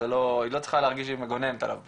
היא לא צריכה להגיש שהיא מגוננת עליו פה.